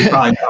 i